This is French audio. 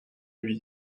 lui